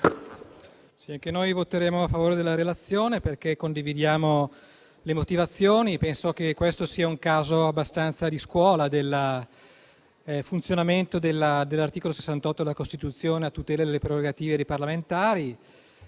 anche noi voteremo a favore della proposta della Giunta, perché ne condividiamo le motivazioni. Penso che questo sia un caso di scuola del funzionamento dell'articolo 68 della Costituzione, a tutela delle prerogative dei parlamentari.